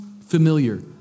familiar